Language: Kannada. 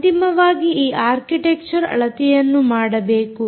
ಅಂತಿಮವಾಗಿ ಈ ಆರ್ಕಿಟೆಕ್ಚರ್ ಅಳತೆಯನ್ನು ಮಾಡಬೇಕು